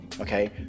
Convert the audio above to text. okay